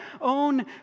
own